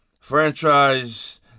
franchise